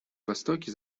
востоке